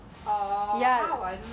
ya why